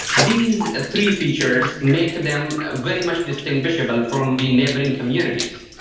these three features make them very much distinguishable from the neighbouring communities.